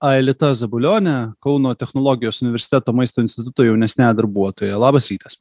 aelita zabulione kauno technologijos universiteto maisto instituto jaunesniąja darbuotoja labas rytas